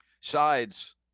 sides